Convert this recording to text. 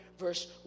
verse